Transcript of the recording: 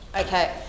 Okay